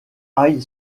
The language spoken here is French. high